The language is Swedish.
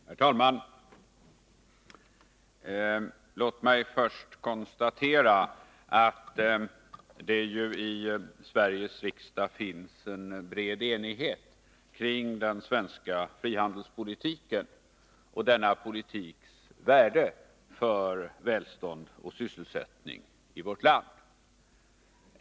Herr talman! Låt mig först konstatera att det i Sveriges riksdag finns en bred enighet kring den svenska frihandelspolitiken och denna politiks värde för välstånd och sysselsättning i vårt land.